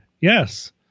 Yes